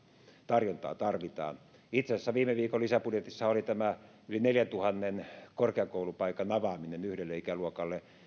tarjontaa tarvitaan itse asiassa viime viikon lisäbudjetissahan oli tämä yli neljäntuhannen korkeakoulupaikan avaaminen yhdelle ikäluokalle